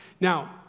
now